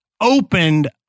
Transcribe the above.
opened